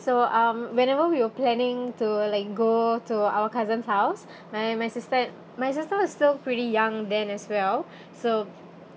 so um whenever we are planning to like go to our cousin's house my my my sister my sister was still pretty young then as well so